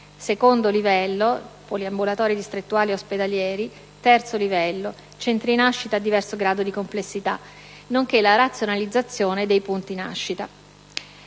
2° livello (poliambulatori distrettuali e ospedalieri), 3° livello (centri nascita a diverso grado di complessità), nonché la razionalizzazione dei punti nascita.